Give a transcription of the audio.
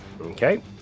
Okay